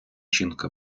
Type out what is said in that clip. жінка